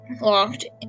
locked